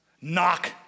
knock